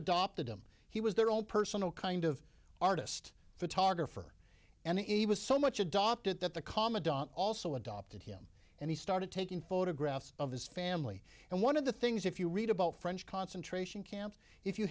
adopted him he was their own personal kind of artist photographer and he was so much adopted that the commandant also adopted him and he started taking photographs of his family and one of the things if you read about french concentration camps if you